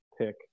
pick